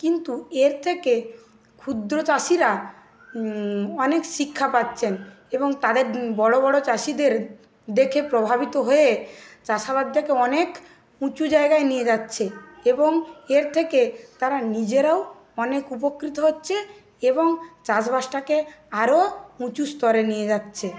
কিন্তু এর থেকে ক্ষুদ্র চাষিরা অনেক শিক্ষা পাচ্ছেন এবং তাদের বড় বড় চাষিদের দেখে প্রভাবিত হয়ে চাষাবাদটাকে অনেক উঁচু জায়গায় নিয়ে যাচ্ছে এবং এর থেকে তারা নিজেরাও অনেক উপকৃত হচ্ছে এবং চাষবাসটাকে আরও উঁচু স্তরে নিয়ে যাচ্ছে